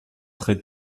très